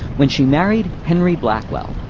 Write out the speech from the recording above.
when she married henry blackwell,